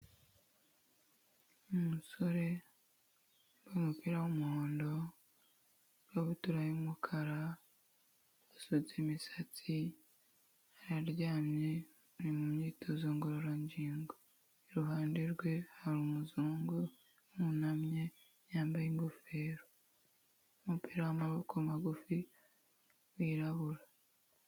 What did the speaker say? Umusore wambaye umupira w'umuhondo, ikabutura y'umukara, asutse imisatsi, araryamye, ari mu myitozo ngororangingo. Iruhande rwe hari umuzungu wunamye, yambaye ingofero n'umupira w'amaboko magufi wirabura.